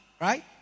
right